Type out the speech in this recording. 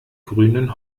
grünen